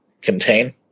contain